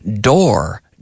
door